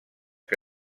que